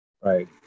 Right